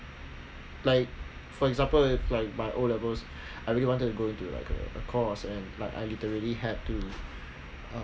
like for example like my O levels I really wanted to go into like a course and like I literally have to uh